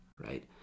right